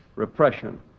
repression